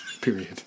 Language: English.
Period